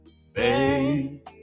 say